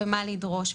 מה לדרוש,